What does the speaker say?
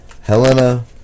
Helena